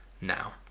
now